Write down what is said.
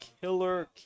killer